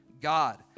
God